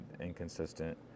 inconsistent